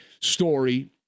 story